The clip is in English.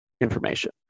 information